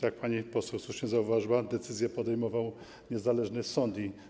Jak pani poseł słusznie zauważyła, decyzję podejmował niezależny sąd.